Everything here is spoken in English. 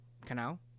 Canal